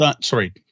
sorry